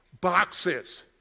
Boxes